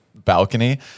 balcony